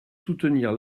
soutenir